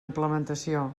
implementació